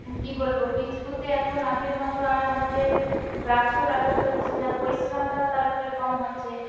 কি বলবো বীজ পুঁতে এখন আগের মতো আর আমাদের গাছও লাগাতে হচ্ছে না পরিশ্রমটাও তার ফলে কম হচ্ছে